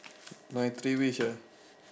my three wish ah